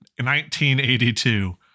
1982